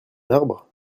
arbre